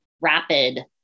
rapid